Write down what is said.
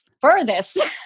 furthest